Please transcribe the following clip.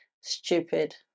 stupid